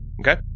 Okay